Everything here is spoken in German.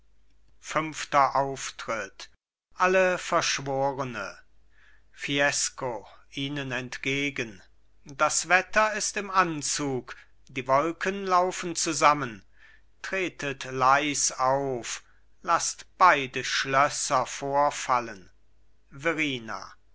fünfter auftritt alle verschworene fiesco ihnen entgegen das wetter ist im anzug die wolken laufen zusammen tretet leis auf laßt beide schlösser vorfallen